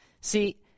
see